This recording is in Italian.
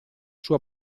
sua